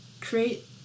create